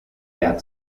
jahr